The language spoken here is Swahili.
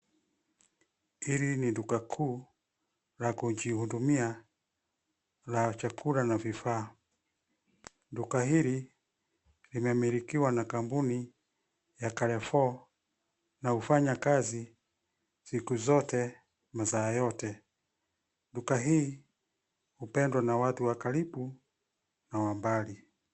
Hili ni duka kuu la kujihudumia la chakula na vifaa. Duka hili limemilikiwa na kampuni ya Carrefour na hufanya kazi siku zote, masaa yote. Duka hii hupendwa na watu wa karibu na wa mbali.